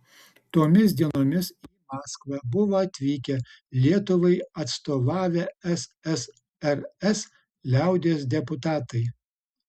tomis dienomis į maskvą buvo atvykę lietuvai atstovavę ssrs liaudies deputatai